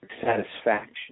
satisfaction